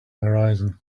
horizon